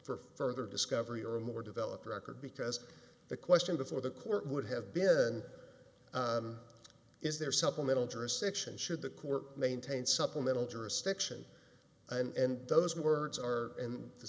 for further discovery or a more developed record because the question before the court would have been is there supplemental jurisdiction should the court maintain supplemental jurisdiction and those words are in the